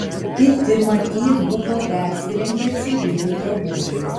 kiti matyt buvo persirengę civilių drabužiais